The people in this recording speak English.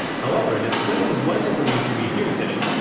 however, this claim is widely believed to be hearsay.